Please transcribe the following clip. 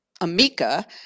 Amica